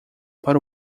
para